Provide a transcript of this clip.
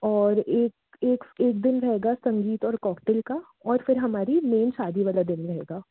और एक एक एक दिन रहेगा संगीत और कॉकटेल का और फिर हमारी मेन शादी वाला दिन रहेगा